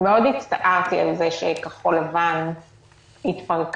מאוד הצטערתי על זה שכחול לבן התפרקה.